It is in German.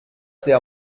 der